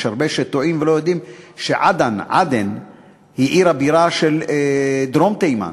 יש הרבה שטועים ולא יודעים שעדן היא עיר הבירה של דרום תימן.